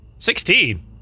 Sixteen